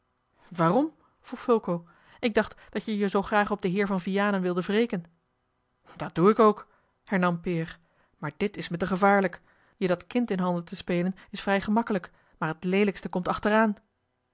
waarom vroeg fulco ik dacht dat je je zoo graag op den heer van vianen wilde wreken dat doe ik ook hernam peer maar dit is me te gevaarlijk je dat kind in handen te spelen is vrij gemakkelijk maar het leelijkste komt achteraan